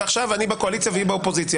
ועכשיו אני בקואליציה והיא באופוזיציה.